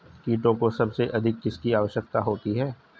कीटों को सबसे अधिक किसकी आवश्यकता होती है?